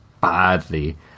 badly